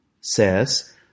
says